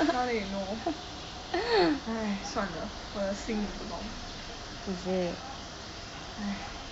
now then you know 算了我的心你不懂